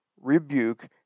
rebuke